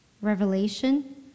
Revelation